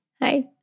Hi